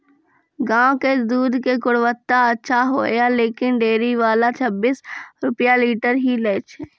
गांव के दूध के गुणवत्ता अच्छा होय या लेकिन डेयरी वाला छब्बीस रुपिया लीटर ही लेय छै?